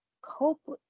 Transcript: cope